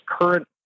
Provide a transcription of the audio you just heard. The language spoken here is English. current